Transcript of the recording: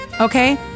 okay